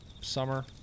summer